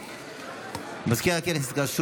מזכיר הכנסת,